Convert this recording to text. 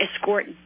escort